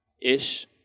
Ish